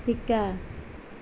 শিকা